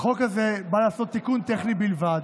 החוק הזה בא לעשות תיקון טכני בלבד.